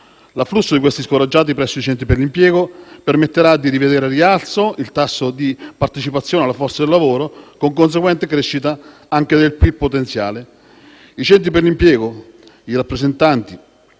L'afflusso di questi scoraggiati presso i centri per l'impiego permetterà di rivedere al rialzo il tasso di partecipazione alla forza lavoro, con conseguente crescita anche del PIL potenziale. I centri per l'impiego rappresentano